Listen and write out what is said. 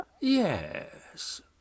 Yes